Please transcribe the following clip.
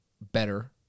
better